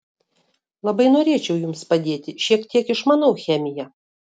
labai norėčiau jums padėti šiek tiek išmanau chemiją